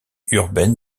urbaine